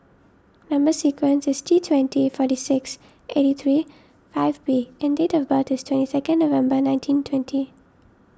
Number Sequence is T twenty forty six eighty three five B and date of birth is twenty second November nineteen twenty